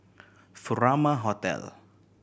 Furama Hotel